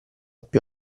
più